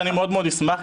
אני מאוד מאוד אשמח.